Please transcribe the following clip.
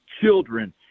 children